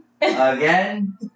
Again